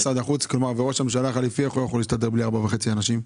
איך יכול ראש הממשלה החליפי להסתדר בלי 4.5 אנשים?